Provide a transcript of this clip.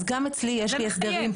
אז גם אצלי יש לי הסדרים.